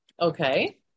Okay